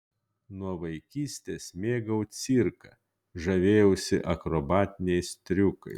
nuo vaikystės mėgau cirką žavėjausi akrobatiniais triukais